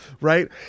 right